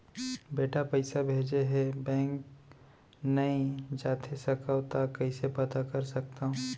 बेटा पइसा भेजे हे, बैंक नई जाथे सकंव त कइसे पता कर सकथव?